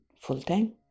full-time